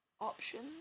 Options